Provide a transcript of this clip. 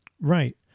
Right